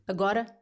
Agora